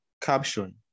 caption